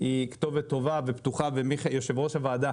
היא כתובת טובה ופתוחה, ויושב ראש הוועדה